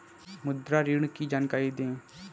मुद्रा ऋण की जानकारी दें?